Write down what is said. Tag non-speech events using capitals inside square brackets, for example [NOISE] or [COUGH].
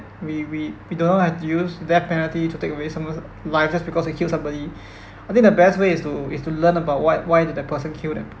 we we we do not have to use death penalty to take away someone's life just because they killed somebody [BREATH] I think the best way is to is to learn about what why did the person kill them